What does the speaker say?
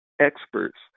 experts